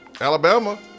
Alabama